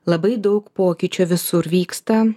labai daug pokyčio visur vyksta